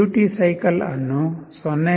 duty cycle ಅನ್ನು 0